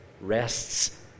rests